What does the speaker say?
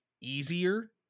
easier